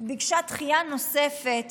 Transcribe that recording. ביקשה דחייה נוספת